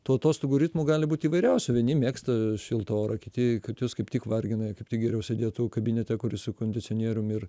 tų atostogų ritmų gali būt įvairiausių vieni mėgsta šiltą orą kiti kitus kaip tik vargina kaip tik geriau sėdėtų kabinete kuris su kondicionierium ir